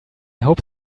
hope